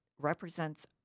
represents